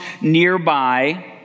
nearby